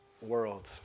world